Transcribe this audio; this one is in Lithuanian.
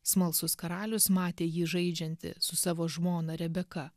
smalsus karalius matė jį žaidžiantį su savo žmona rebeka